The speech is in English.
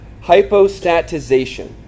Hypostatization